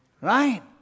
right